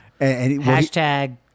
Hashtag